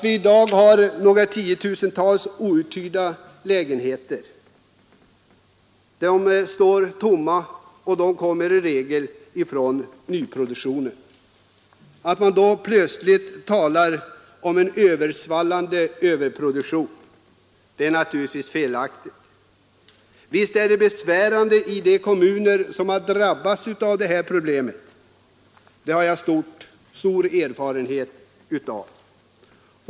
I dag har vi några tiotusental outhyrda lägenheter, i regel i nyproduktionen. Att då plötsligt tala om en väldig överproduktion är naturligtvis felaktigt. Visst är det besvärande för de kommuner som har drabbats av dessa problem; det har jag stor erfarenhet av.